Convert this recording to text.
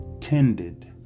tended